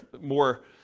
more